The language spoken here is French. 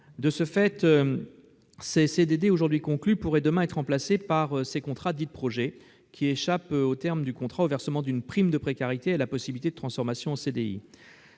De ce fait, les CDD aujourd'hui conclus pourraient demain être remplacés par ces contrats dits « de projet », qui, à leur terme, échappent au versement d'une prime de précarité et à la possibilité de transformation en CDI.